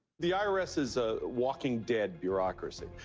the irs is a walking dead bureaucracy.